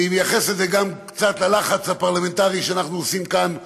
אני מייחס את זה גם קצת ללחץ הפרלמנטרי שאנחנו עושים כאן בכנסת,